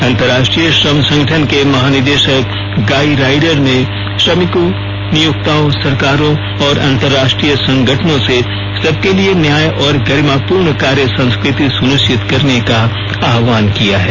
अंतर्राष्ट्रीय श्रम संगठन के महानिदेशक गाई राइडर ने श्रमिकों नियोक्ताओं सरकारों और अंतर्राष्ट्रीय संगठनों से सबके लिए न्याय और गरिमापूर्ण कार्य संस्कृति सुनिश्चित करने का आह्वान किया है